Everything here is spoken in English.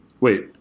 Wait